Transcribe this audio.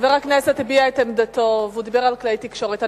חבר הכנסת הביע את עמדתו והוא דיבר על כלי תקשורת.